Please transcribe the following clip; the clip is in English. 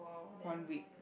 one week